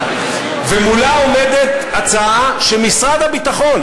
ומולה עומדת הצעה שמשרד הביטחון,